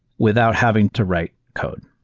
without having to write code.